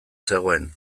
zegoen